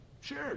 sure